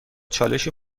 چالشی